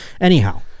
Anyhow